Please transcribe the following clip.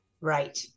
Right